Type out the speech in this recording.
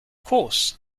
course